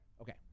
Okay